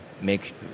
make